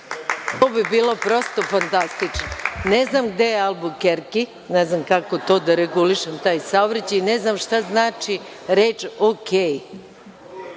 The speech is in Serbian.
To bi bilo prosto fantastično. Ne znam gde je Albukerki. Ne znam kako da regulišem taj saobraćaj. Ne znam šta znači reč